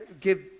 give